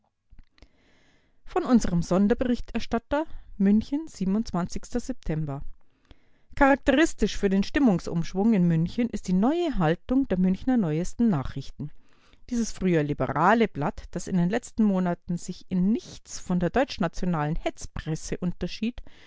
von unserem sonder berichterstatter september charakteristisch für den stimmungsumschwung in münchen ist die neue haltung der münchener neuesten nachrichten dieses früher liberale blatt das in den letzten monaten sich in nichts von der deutschnationalen hetzpresse unterschied